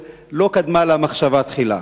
לא קדמה לה מחשבה תחילה.